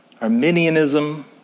Arminianism